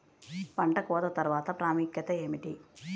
పంట కోత తర్వాత ప్రాముఖ్యత ఏమిటీ?